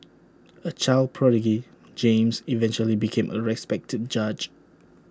A child prodigy James eventually became A respected judge